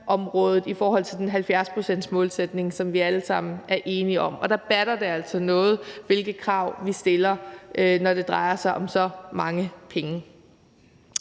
klimaområdet i forhold til den 70-procentsmålsætning, som vi alle sammen er enige om, og der batter det altså noget, hvilke krav vi stiller, når det drejer sig om så mange penge.